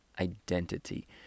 identity